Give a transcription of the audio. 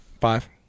Five